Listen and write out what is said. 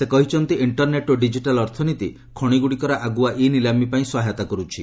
ସେ କହିଛନ୍ତି ଇଣ୍ଟରନ୍ଟ୍ ଓ ଡିଜିଟାଲ୍ ଅର୍ଥନୀତି ଖଣିଗୁଡ଼ିକର ଆଗୁଆ ଇ ନିଲାମୀ ପାଇଁ ସହାୟତା କରୁଛି